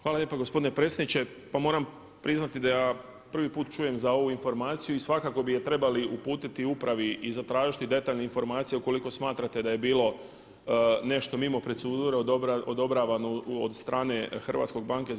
Hvala lijepo gospodin predsjedniče, pa moram priznati da ja prvi put čujem za ovu informaciju i svakako bi je trebali uputiti upravi i zatražiti detaljne informacije ukoliko smatrate da je bilo nešto mimo procedure odobravanu od strane HBOR-a.